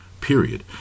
period